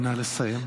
נא לסיים.